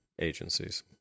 agencies